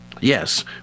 Yes